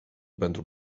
pentru